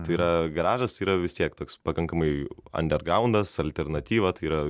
tai yra garažas yra vis tiek toks pakankamai andergraundas alternatyva tai yra